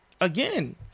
again